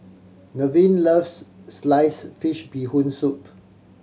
Nevin loves sliced fish Bee Hoon Soup